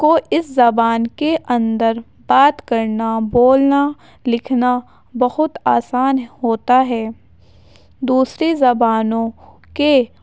کو اس زبان کے اندر بات کرنا بولنا لکھنا بہت آسان ہوتا ہے دوسری زبانوں کے